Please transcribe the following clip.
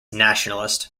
nationalist